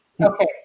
Okay